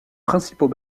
principaux